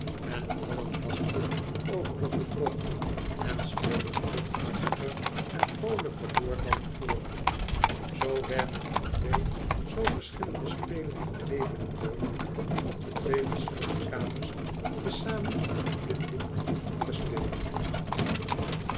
en allen lachten over t bedrog en speelden luchthartiger en vroolijker door dan te voren zoo werden die twee zoo verschillende spelen van leven en dood op de twee verschillende kamers te zamen geblinddoekt afgespeeld